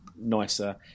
Nicer